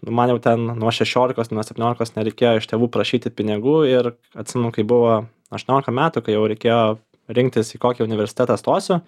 man jau ten nuo šešiolikos nuo septyniolikos nereikėjo iš tėvų prašyti pinigų ir atsimenu kai buvo aštuoniolika metų kai jau reikėjo rinktis į kokį universitetą stosiu